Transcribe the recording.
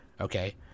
okay